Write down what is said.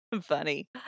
funny